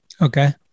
Okay